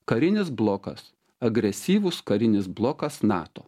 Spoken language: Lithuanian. karinis blokas agresyvus karinis blokas nato